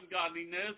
ungodliness